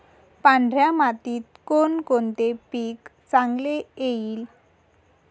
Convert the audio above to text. पांढऱ्या मातीत कोणकोणते पीक चांगले येईल?